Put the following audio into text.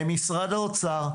ממשרד האוצר,